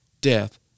death